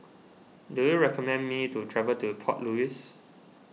do you recommend me to travel to Port Louis